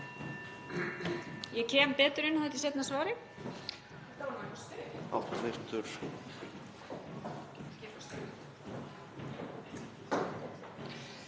Ég kem betur inn á þetta í seinna svari.